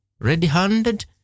ready-handed